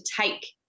take